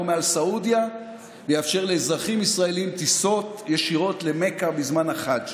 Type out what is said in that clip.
מעל סעודיה ויאפשר לאזרחים ישראלים טיסות ישירות למכה בזמן החג'.